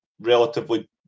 relatively